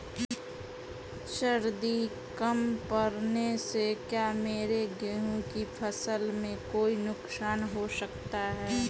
सर्दी कम पड़ने से क्या मेरे गेहूँ की फसल में कोई नुकसान हो सकता है?